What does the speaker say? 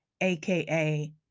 aka